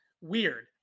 weird